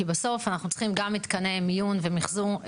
כי בסוף אנחנו צריכים גם מתקני מיון ומחזור.